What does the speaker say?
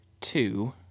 Two